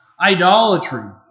idolatry